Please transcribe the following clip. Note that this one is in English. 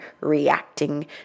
reacting